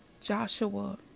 Joshua